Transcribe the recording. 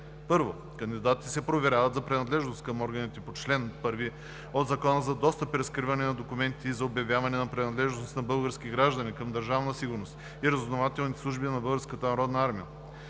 1. Кандидатите се проверяват за принадлежност към органите по чл. 1 от Закона за достъп и разкриване на документите и за обявяване на принадлежност на български граждани към Държавна сигурност и разузнавателните служби на Българската народна армия.